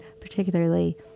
particularly